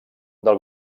del